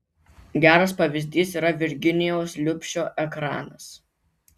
geras pavyzdys yra virginijaus liubšio ekranas